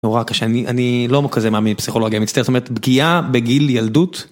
נורא קשה. אני לא כזה מאמין בפסיכולוגיה, מצטער. זאת אומרת פגיעה בגיל ילדות.